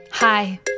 Hi